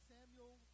Samuel